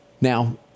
Now